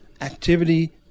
Activity